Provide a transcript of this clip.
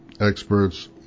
experts